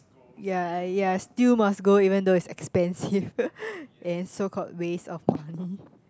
ya ya still must go even though it's expensive and so called waste of money